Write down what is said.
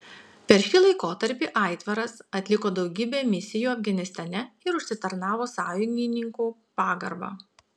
per šį laikotarpį aitvaras atliko daugybę misijų afganistane ir užsitarnavo sąjungininkų pagarbą